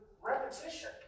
repetition